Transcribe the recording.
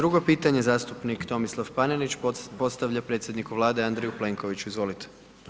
22-go pitanje zastupnik Tomislav Paninić postavlja predsjedniku Vlade Andreju Plenkoviću, izvolite.